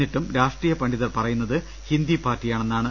എന്നിട്ടും രാഷ്ട്രീയ പണ്ഡിതർ പറയുന്നത് ഹിന്ദി പാർട്ടിയാണെന്നാണ്